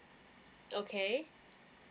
okay